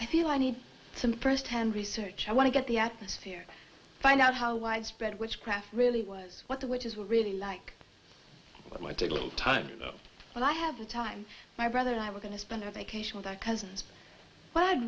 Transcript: i feel i need some first hand research i want to get the atmosphere find out how widespread witchcraft really was what the witches were really like it might take a little time but i have the time my brother and i were going to spend our vacation with our cousins but i'd